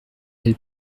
elle